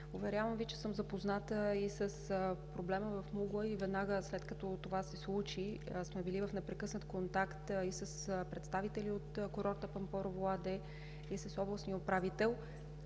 уверявам Ви, че съм запозната с проблема в „Мугла“ и веднага, след като това се случи, сме били в непрекъснат контакт и с представители от курорта „Пампорово“ АД и с областния управител